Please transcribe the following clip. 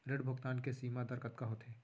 ऋण भुगतान के सीमा दर कतका होथे?